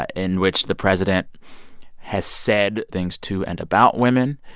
ah in which the president has said things to and about women.